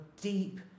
deep